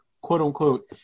quote-unquote